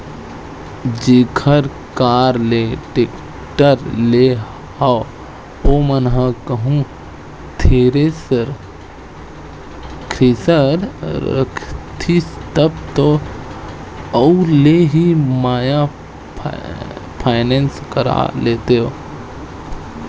जेखर करा ले टेक्टर लेय हव ओमन ह कहूँ थेरेसर रखतिस तब तो उहाँ ले ही मैय फायनेंस करा लेतेव